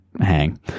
hang